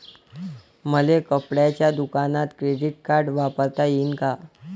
मले कपड्याच्या दुकानात क्रेडिट कार्ड वापरता येईन का?